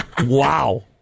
Wow